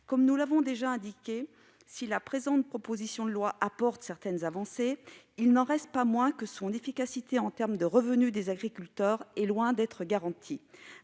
Comme nous l'avons déjà indiqué, si cette proposition de loi prévoit certaines avancées, il n'en reste pas moins que son efficacité en termes de revenus des agriculteurs est loin d'être assurée.